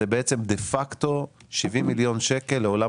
זה בעצם דה פקטו 70 מיליון שקלים לעולם